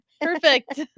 Perfect